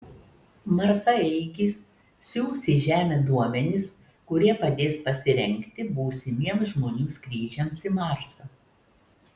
marsaeigis siųs į žemę duomenis kurie padės pasirengti būsimiems žmonių skrydžiams į marsą